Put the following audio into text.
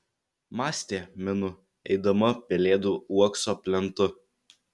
mąstė minu eidama pelėdų uokso plentu